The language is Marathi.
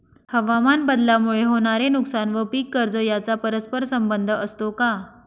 हवामानबदलामुळे होणारे नुकसान व पीक कर्ज यांचा परस्पर संबंध असतो का?